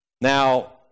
Now